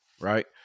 right